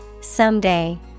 Someday